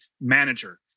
manager